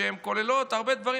שכוללות הרבה דברים,